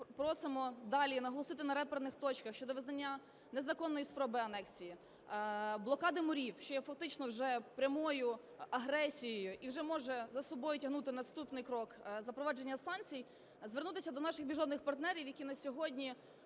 просимо далі наголосити на реперних точках щодо визнання незаконної спроби анексії, блокади морів, що є фактично вже прямою агресією і вже може за собою тягнути наступний крок – запровадження санкцій, звернутися до наших міжнародних партнерів, які на сьогодні